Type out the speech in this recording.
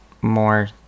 more